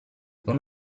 con